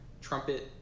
trumpet